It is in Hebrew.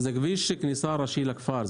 זה כביש הכניסה הראשי לכפר.